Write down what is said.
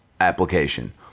application